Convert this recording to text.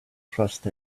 trust